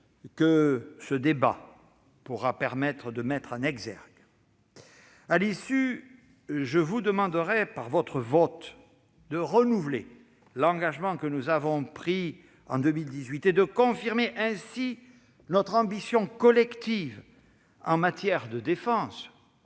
que ce débat permettra de mettre en exergue. À l'issue de ce débat, je vous demanderai par votre vote de renouveler l'engagement que nous avons pris en 2018 et de confirmer ainsi notre ambition collective, en matière tant de défense